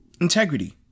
Integrity